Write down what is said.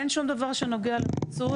אין שום דבר שנוגע לפיצוי.